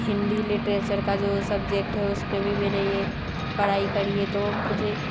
Hindi literature का जो subject है उसपे भी मैंने ये पढाई करी हे तो मुझे